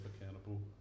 accountable